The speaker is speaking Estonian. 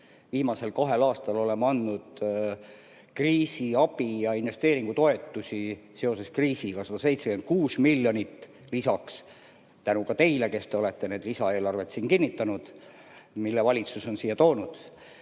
Viimasel kahel aastal oleme andnud kriisiabi ja investeeringutoetusi seoses kriisiga 176 miljonit lisaks, tänu ka teile, kes te olete need lisaeelarved siin kinnitanud, mille valitsus on siia toonud.